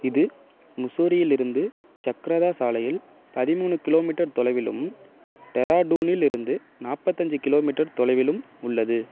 இது முசோரியில் இருந்து சக்ரதா சாலையில் பதிமூணு கிலோமீட்டர் தொலைவிலும் டேராடூனில் இருந்து நாப்பத்தஞ்சி கிலோமீட்டர் தொலைவிலும் உள்ளது